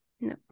No